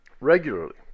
regularly